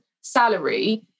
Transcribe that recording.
salary